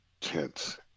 tense